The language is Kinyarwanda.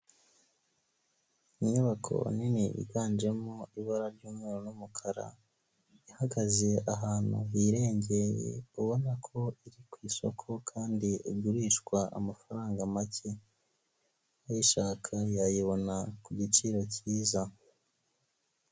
Inyubako nini yiganjemo ibara ry'umweru n'umukara ihagaze ahantu hirengeye ubona ko iri ku isoko kandi igurishwa amafaranga make uyishaka yayibona ku giciro cyiza.